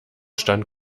stand